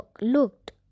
looked